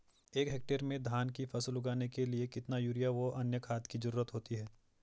एक हेक्टेयर में धान की फसल उगाने के लिए कितना यूरिया व अन्य खाद की जरूरत होती है?